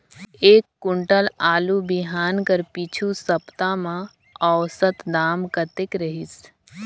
एक कुंटल आलू बिहान कर पिछू सप्ता म औसत दाम कतेक रहिस?